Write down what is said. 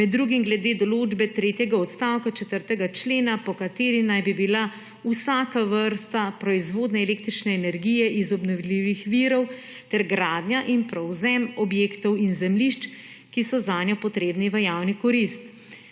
med drugim glede določbe tretjega odstavka 4. člena, po kateri naj bi bila vsaka vrsta proizvodnje električne energije iz obnovljivih virov ter gradnja in prevzem objektov in zemljišč, ki so zanjo potrebni, v javno korist.